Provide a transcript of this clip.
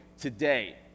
today